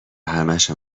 همشو